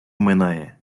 минає